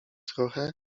trochę